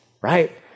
right